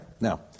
Now